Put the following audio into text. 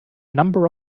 number